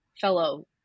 fellow